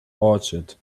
orchid